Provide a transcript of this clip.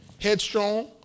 headstrong